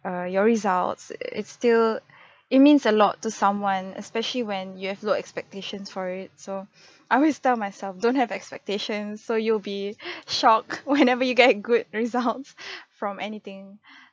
err your results it's still it means a lot to someone especially when you have low expectations for it so I always tell myself don't have expectations so you'll be shocked whenever you get good results from anything